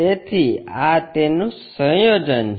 તેથી આ તેનુ સંયોજન છે